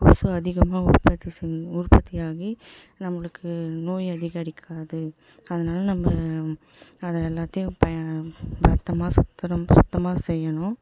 கொசு அதிகமாக உற்பத்தி செய் உற்பத்தி ஆகி நம்பளுக்கு நோய் அதிகரிக்காது அதனால் நம்ப அதை எல்லாத்தையும் ப பத்திரமா சுத் நம்ம சுத்தமாக செய்யணும்